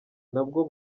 nabwo